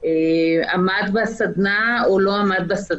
אני קראתי את התקנות, ולי זה לא ברור.